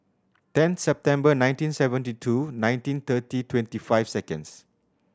ten September nineteen seventy two nineteen thirty twenty five seconds